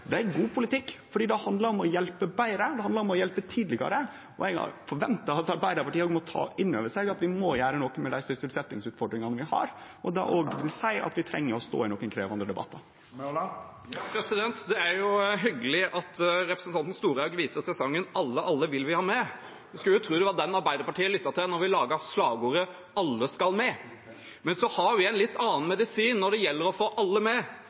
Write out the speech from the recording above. Det er god politikk, for det handlar om å hjelpe betre, og det handlar om å hjelpe tidlegare. Eg forventar at Arbeidarpartiet òg må ta inn over seg at vi må gjere noko med dei sysselsetjingsutfordringane vi har, og det vil seie at vi trenger å stå i nokre krevjande debattar. Det er hyggelig at representanten Storehaug viser til sangen «Alle, alle vil vi ha med». En skulle jo tro det var den Arbeiderpartiet lyttet til da vi laget slagordet «Alle skal med». Men vi har en litt annen medisin når det gjelder å få alle med,